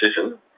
decision